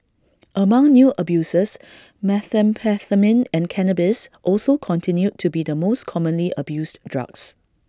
among new abusers methamphetamine and cannabis also continued to be the most commonly abused drugs